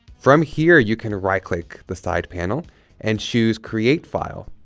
from here you can right-click the side panel and choose create file.